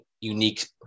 unique